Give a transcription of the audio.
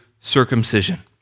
circumcision